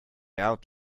out